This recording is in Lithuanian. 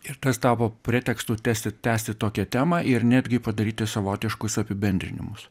ir tas tapo pretekstu tęsti tęsti tokią temą ir netgi padaryti savotiškus apibendrinimus